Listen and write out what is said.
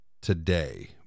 today